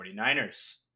49ers